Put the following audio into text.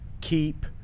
keep